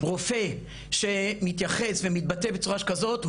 רופא שמתייחס ומתבטא בצורה שכזאת,